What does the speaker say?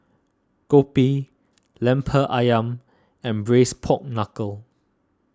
Kopi Lemper Ayam and Braised Pork Knuckle